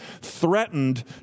threatened